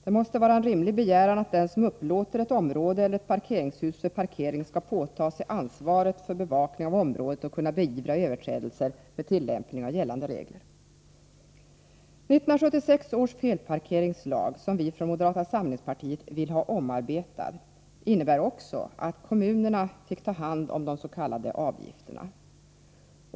Det måste vara en rimlig begäran att den som upplåter ett område eller ett parkeringshus för parkering skall påta sig ansvaret för bevakning av området och kunna beivra överträdelser med tillämpning av gällande regler. 1976 års felparkeringslag, som vi från moderata samlingspartiet vill ha omarbetad, innebär också att kommunerna fick ta hand om de s.k. avgifterna.